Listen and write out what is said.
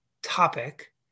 Topic